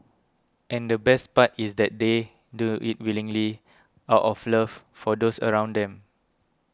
and the best part is that they do it willingly out of love for those around them